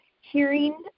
hearing